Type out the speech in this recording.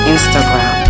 Instagram